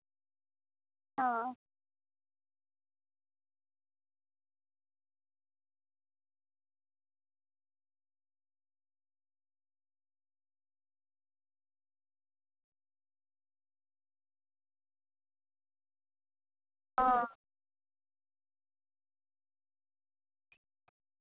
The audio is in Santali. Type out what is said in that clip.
ᱚᱻ ᱚ